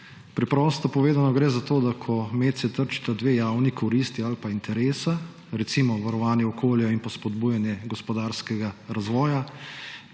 Preprosto povedano gre za to, ko trčita dve javni koristi ali pa interesa, recimo varovanje okolja in pa spodbujanje gospodarskega razvoja,